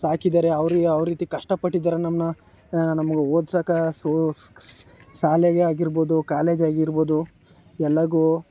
ಸಾಕಿದ್ದಾರೆ ಅವರಿಗೆ ಯಾವ ರೀತಿ ಕಷ್ಟಪಟ್ಟಿದ್ದಾರೆ ನಮ್ಮನ್ನ ನಮ್ಗೆ ಓದ್ಸೋಕೆ ಸು ಸ್ ಸ್ ಶಾಲೆಗೆ ಆಗಿರ್ಬೋದು ಕಾಲೇಜ್ ಆಗಿರ್ಬೋದು ಎಲ್ಲರ್ಗೂ